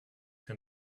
can